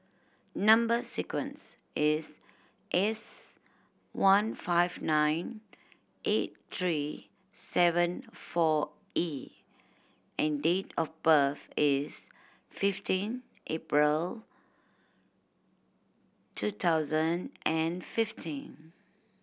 number sequence is S one five nine eight three seven four E and date of birth is fifteen April two thousand and fifteen